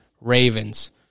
Ravens